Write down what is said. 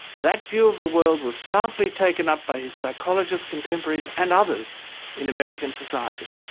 that view of the world was powerfully taken up by his psychologist contemporaries and others in american society.